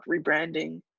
rebranding